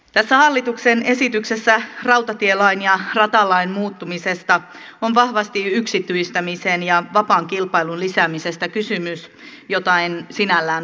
tässä hallituksen esityksessä rautatielain ja ratalain muuttamisesta on vahvasti yksityistämisen ja vapaan kilpailun lisäämisestä kysymys mitä en sinällään vastusta